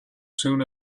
soon